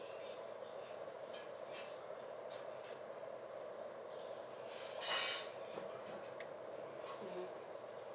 mmhmm